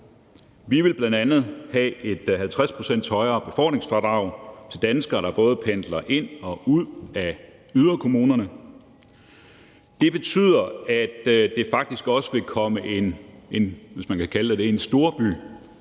Vi vil bl.a. have et 50 pct. højere befordringsfradrag til danskere, der pendler både ind og ud af yderkommunerne. Det betyder, at det faktisk også vil komme en storbyboer